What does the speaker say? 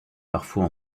parfois